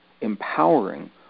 empowering